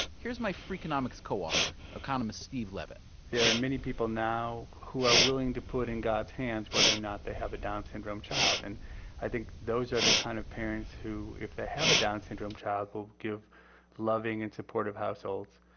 here's my freakonomics co-author, economist steve levitt there are many people now who are willing to put in god's hands whether or not they have a down syndrome child and i think those are the kind of parents who if they have a down syndrome child will give loving and supportive households.